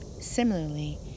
Similarly